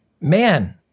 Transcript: Man